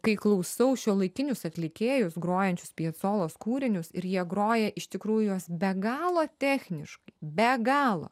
kai klausau šiuolaikinius atlikėjus grojančius piecolos kūrinius ir jie groja iš tikrųjų juos be galo techniškai be galo